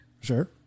Sure